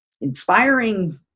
inspiring